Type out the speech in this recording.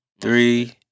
Three